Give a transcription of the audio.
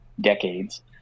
decades